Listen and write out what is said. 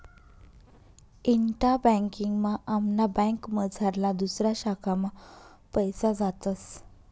इंटा banking मा आमना बँकमझारला दुसऱा शाखा मा पैसा जातस